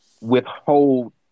withhold